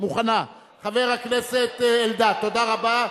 תודה רבה.